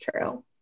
true